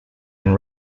and